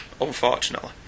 unfortunately